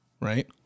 right